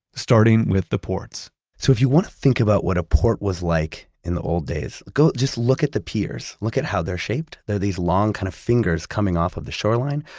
starting with the ports so if you want to think about what a port was like in the old days, go, just look at the piers. look at how they're shaped. they're these long kind of fingers coming off of the shoreline.